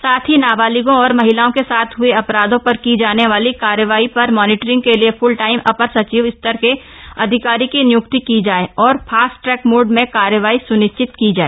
साथ ही नाबालिगों और महिलाओं के साथ हए अपराधों पर की जाने वाली कार्रवाई पर मॉनिटरिंग के लिए फूल टाइम अपर सचिव स्तर के अधिकारी की नियुक्ति की जाए और फास्ट ट्रैक मोड में कार्रवाई सुनिश्चित की जाए